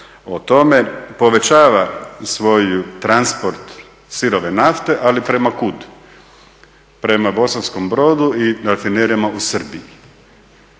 o tome, povećava i svoj transport sirove nafte ali prema kud? Prema Bosanskom Brodu i rafinerijama u Srbiji?